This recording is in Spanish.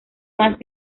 más